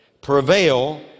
Prevail